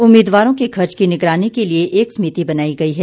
उम्मीदवारों के खर्च की निगरानी के लिए एक समिति बनाई गई है